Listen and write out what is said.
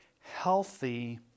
healthy